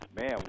man